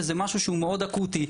וזה משהו שהוא מאוד אקוטי.